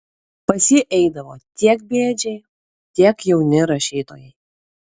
pas jį eidavo tiek bėdžiai tiek jauni rašytojai